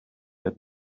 had